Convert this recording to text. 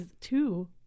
two